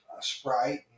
Sprite